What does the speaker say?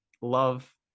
love